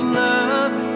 love